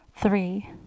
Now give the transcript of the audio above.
three